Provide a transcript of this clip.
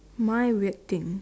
my weird thing